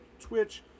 Twitch